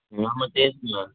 हां मग तेच ना